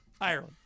Ireland